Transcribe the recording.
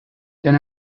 than